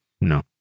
no